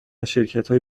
شرکتهای